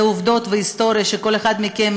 אלה עובדות והיסטוריה שכל אחד מכם,